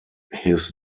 his